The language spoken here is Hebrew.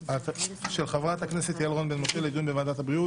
של חברת הכנסת יעל רון בן משה לדיון בוועדת הבריאות.